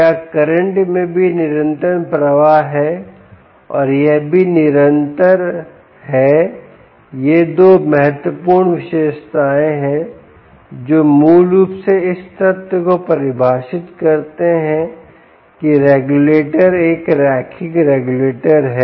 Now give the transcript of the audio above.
क्या करंट में भी निरंतर प्रवाह है और यह भी निरंतर है और ये 2 महत्वपूर्ण विशेषताएं हैं जो मूल रूप से इस तथ्य को परिभाषित करते हैं कि रेगुलेटर एक रैखिक रेगुलेटर है